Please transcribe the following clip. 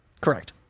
Correct